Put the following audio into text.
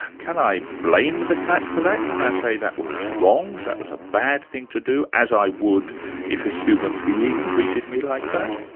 can i blame the cat for that? can i say that was wrong, that was a bad thing to do', as i would if a human being treated me like that?